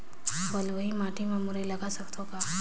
बलुही माटी मे मुरई लगा सकथव का?